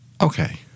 Okay